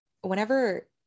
whenever